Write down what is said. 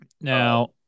Now